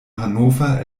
hannover